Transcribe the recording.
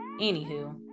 Anywho